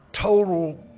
total